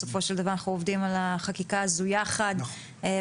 בסופו של דבר אנחנו עובדים על החקיקה הזו יחד וצריך